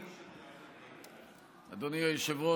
יריב לוין (הליכוד): אדוני היושב-ראש,